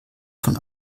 von